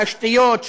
תשתיות,